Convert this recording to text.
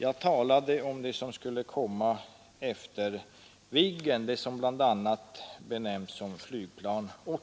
Jag talade om det som skulle komma efter Viggen, det som bl.a. benämns Flygplan 80.